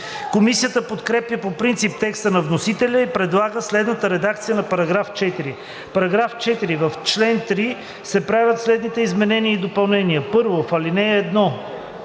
Комисията подкрепя по принцип текста на вносителя и предлага следната редакция на § 4: „§ 4. В чл. 3 се правят следните изменения и допълнения: 1. В ал. 1: